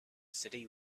city